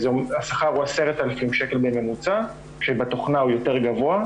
השכר הוא 10,000 שקל בממוצע כשבשכר השכר יותר גבוה.